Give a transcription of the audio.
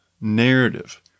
narrative